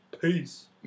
Peace